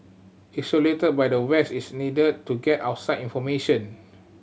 isolated by the West it's needed to get outside information